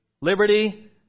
liberty